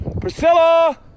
Priscilla